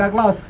like lot of